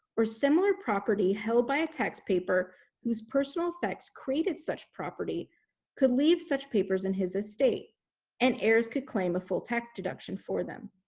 or similar property held by a tax payer whose personal effects created such property could leave such papers in his estate and heirs could claim a full tax deduction for them.